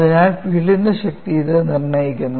അതിനാൽ ഫീൽഡിന്റെ ശക്തി ഇത് നിർണ്ണയിക്കുന്നു